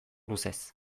luzez